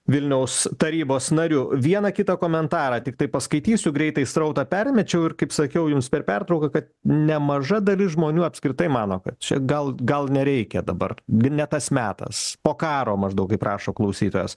vilniaus tarybos nariu vieną kitą komentarą tiktai paskaitysiu greitai srautą permečiau ir kaip sakiau jums per pertrauką kad nemaža dalis žmonių apskritai mano kad čia gal gal nereikia dabar gi ne tas metas po karo maždaug kaip rašo klausytojas